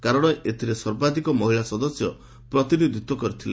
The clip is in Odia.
କାରଣ ଏଥିରେ ସର୍ବାଧିକ ମହିଳା ସଦସ୍ୟ ପ୍ରତିନିଧ୍ତ୍ୱ କରିଥିଲେ